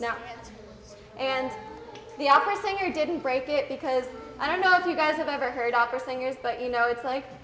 now and the opera singer didn't break it because i don't know if you guys have ever heard opera singers but you know it's like